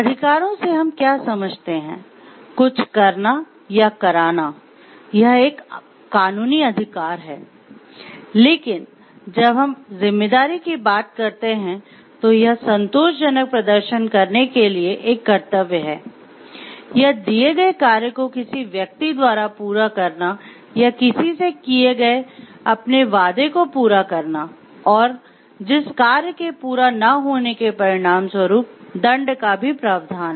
अधिकारों से हम क्या समझते हैं कुछ करना या कराना यह एक कानूनी अधिकार है लेकिन जब हम जिम्मेदारी की बात करते हैं तो यह संतोषजनक प्रदर्शन करने के लिए एक कर्तव्य है या दिए गए कार्य को किसी व्यक्ति द्वारा पूरा करना या किसी से किये गए अपने वादे को पूरा करना और जिस कार्य के पूरा न होने के परिणामस्वरूप दंड का भी प्रावधान है